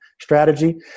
strategy